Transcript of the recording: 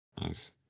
Nice